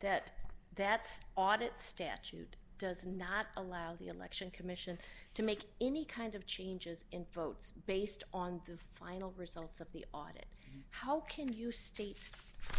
that that's audit statute does not allow the election commission to make any kind of changes in votes based on the final results of the audit how can you state